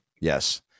Yes